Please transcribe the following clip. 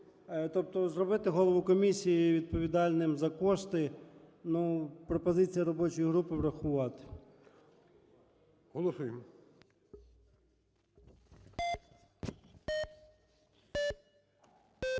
Тобто зробити Голову Комісії відповідальним за кошти. Пропозиція робочої групи врахувати. ГОЛОВУЮЧИЙ.